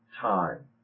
time